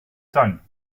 tuin